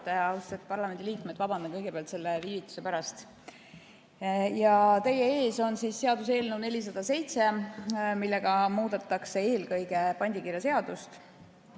parlamendiliikmed! Vabandan kõigepealt selle viivituse pärast! Teie ees on seaduseelnõu 407, millega muudetakse eelkõige pandikirjaseadust.